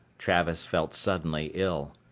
travis felt suddenly ill.